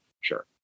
Sure